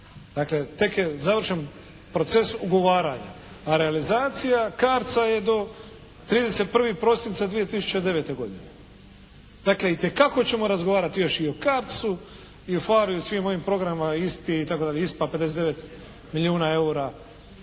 Dakle, tek je završen proces ugovaranja, a realizacija CARDS-a je do 31. prosinca 2009. godine. Dakle, itekako ćemo razgovarati još i o CARDS-u, i o PHARE-u i o svim ovim programima ISP-i itd. ISPA 59 milijuna eura.